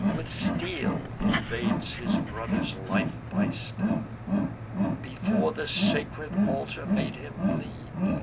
with steel invades his brother's life by stealth before the sacred altar made him bleed,